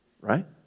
Right